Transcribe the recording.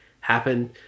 happen